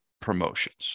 promotions